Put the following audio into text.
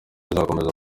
izakomeza